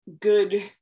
good